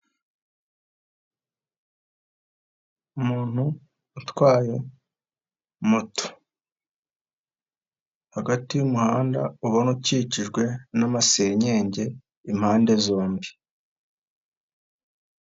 Umuntu utwaye moto hagati y'umuhanda ubona ukikijwe n'amasenyenge impande zombi.